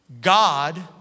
God